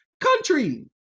Country